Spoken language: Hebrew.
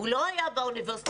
הוא לא היה באוניברסיטאות,